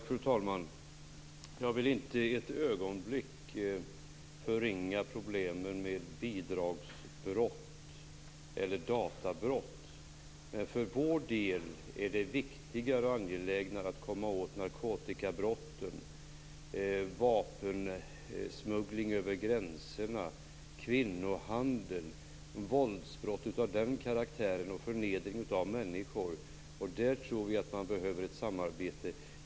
Fru talman! Jag vill inte ett ögonblick förringa problemen med bidragsbrott eller databrott. Men för vår del är det viktigare och angelägnare att komma åt narkotikabrotten, vapensmugglingen över gränserna, kvinnohandeln och våldsbrott av den karaktären och förnedring av människor. Där tror vi att man behöver ett samarbete.